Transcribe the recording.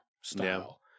style